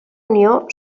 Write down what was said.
unió